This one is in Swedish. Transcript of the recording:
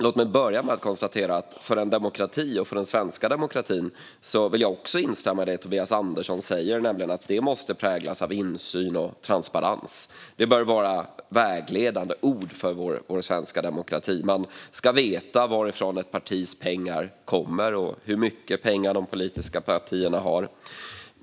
Låt mig då börja med att instämma i det Tobias Andersson säger: I en demokrati och i den svenska demokratin måste de präglas av insyn och transparens. Det bör vara vägledande ord för vår svenska demokrati. Man ska veta varifrån ett partis pengar kommer och hur mycket pengar de politiska partierna har.